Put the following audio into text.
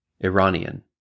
Iranian